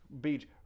Beach